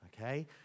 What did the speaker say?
Okay